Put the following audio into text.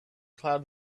cloud